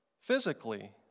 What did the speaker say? physically